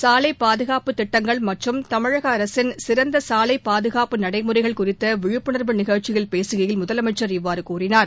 சாலை பாதுகாப்பு திட்டங்கள் மற்றும் தமிழக அரசின் சிறந்த சாலை பாதுகாப்பு நடைமுறைகள் குறித்த விழிப்புணா்வு நிகழ்ச்சியில் பேசுகையில் முதலமைச்ச் இவ்வாறு கூறினார்